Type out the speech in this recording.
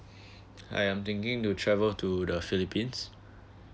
I am thinking to travel to the philippines